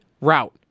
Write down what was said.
route